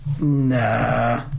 Nah